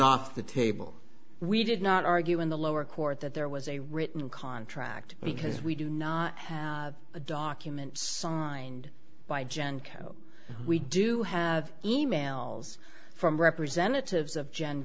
off the table we did not argue in the lower court that there was a written contract because we do not have a document signed by gen co we do have emails from representatives of gen